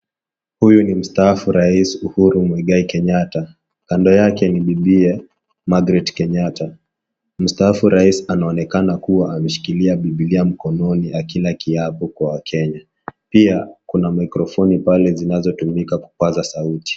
Huyu ni mstaafu Rais Uhuru Mwigai Kenyatta kando yake ni bibiye Margret Kenyatta mstaafu rais anaonekana kuwa ameshikilia biblia mkononi akila kiapo kwa wakenya pia kuna maikrofoni pale zinatumika kupaza sauti.